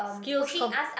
skills com